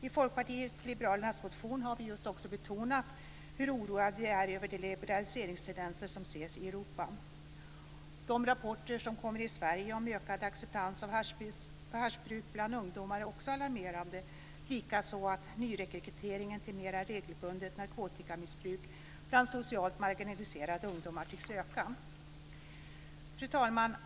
I Folkpartiet liberalernas motion har vi betonat hur oroade vi är över de liberaliseringstendenser som ses i Europa. Också de rapporter som kommer om ökad acceptans av haschbruk bland ungdomar i Sverige är alarmerande, likaså att nyrekryteringen till mera regelbundet narkotikamissbruk bland socialt marginaliserade ungdomar tycks öka. Fru talman!